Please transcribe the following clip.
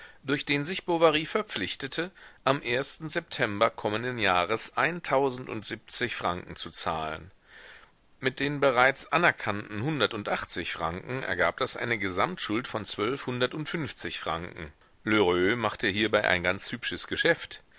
durch den sich bovary verpflichtete am september kommenden jahres eintausendundsiebzig franken zu zahlen mit den bereits anerkannten hundertundachtzig franken ergab das eine gesamtschuld von zwölfhundertundfünfzig franken lheureux machte hierbei ein ganz hübsches geschäft